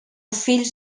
fills